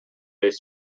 days